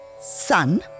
Sun